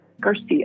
Garcia